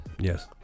yes